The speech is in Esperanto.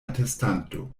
atestanto